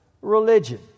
religion